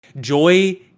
Joy